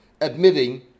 admitting